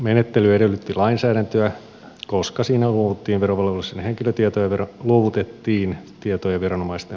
menettely edellytti lainsäädäntöä koska siinä luovutettiin verovelvollisten henkilötietoja viranomaisten välillä